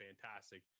fantastic